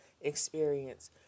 experience